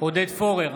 עודד פורר,